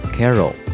Carol